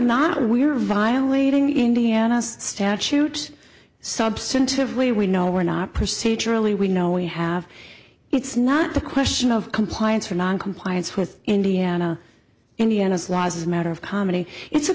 not we are violating indiana's statute substantively we know we're not procedurally we know we have it's not the question of compliance or noncompliance with indiana indiana's law as a matter of comedy it's a